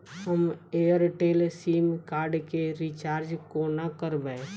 हम Airtel sim card केँ recharge कोना करबै?